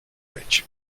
rich